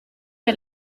che